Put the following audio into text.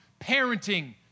parenting